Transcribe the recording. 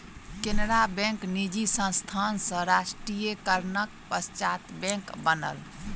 Canara bank निजी संस्थान सॅ राष्ट्रीयकरणक पश्चात बैंक बनल